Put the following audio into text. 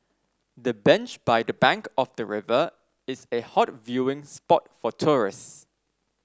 the bench by the bank of the river is a hot viewing spot for tourists